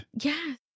Yes